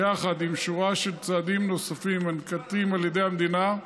ועימה שורה של צעדים נוספים הננקטים על ידי המדינה,